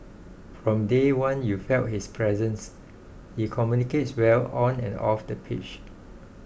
from day one you felt his presence he communicates well on and off the pitch